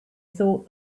thought